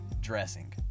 dressing